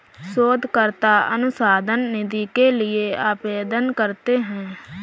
शोधकर्ता अनुसंधान निधि के लिए आवेदन करते हैं